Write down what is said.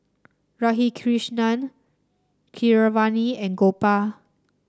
Radhakrishnan Keeravani and Gopal